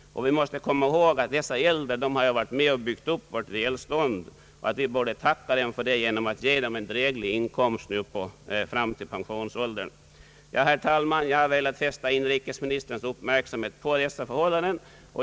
Vi måste komma ihåg att dessa äldre har varit med om att bygga upp vårt välstånd. Vi borde tacka dem för detta genom att ge dem en dräglig inkomst fram till pensionsåldern. Ja, herr talman, jag har velat fästa inrikesministerns uppmärksamhet på dessa förhållanden.